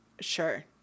Sure